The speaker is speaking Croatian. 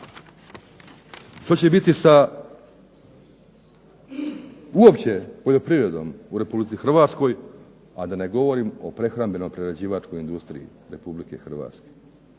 Što će biti sa uopće poljoprivredom u Republici Hrvatskoj, a da ne govorim o prehrambeno-prerađivačkoj industriji Republike Hrvatske